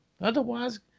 Otherwise